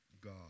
God